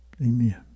Amen